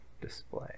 display